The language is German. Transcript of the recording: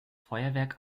feuerwerk